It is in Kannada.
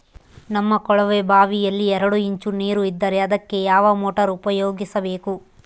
ನಮ್ಮ ಕೊಳವೆಬಾವಿಯಲ್ಲಿ ಎರಡು ಇಂಚು ನೇರು ಇದ್ದರೆ ಅದಕ್ಕೆ ಯಾವ ಮೋಟಾರ್ ಉಪಯೋಗಿಸಬೇಕು?